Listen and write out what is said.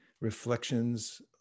Reflections